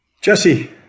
Jesse